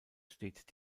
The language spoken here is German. steht